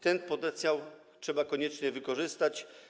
Ten potencjał trzeba koniecznie wykorzystać.